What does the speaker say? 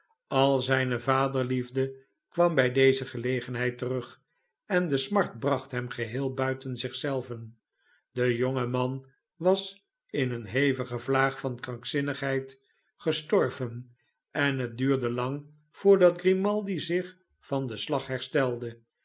al zijne vaderliefde kwam bij deze gelegenheid terug en de smart bracht hem geheel buiten zich zelven de jonge man was in eene hevige vlaag van krankzinnigheid gestorven en het duurde lang voordat grimaldi zich van den slag herstelde